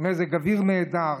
מזג אוויר נהדר,